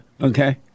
Okay